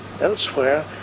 elsewhere